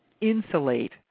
insulate